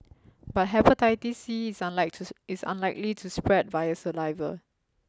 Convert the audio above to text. but Hepatitis C is unlikely to is unlikely to spread via saliva